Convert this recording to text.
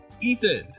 Ethan